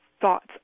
thoughts